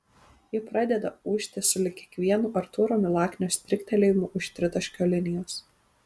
ji pradeda ūžti sulig kiekvienu artūro milaknio striktelėjimu už tritaškio linijos